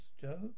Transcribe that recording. Joe